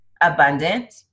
abundant